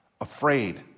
afraid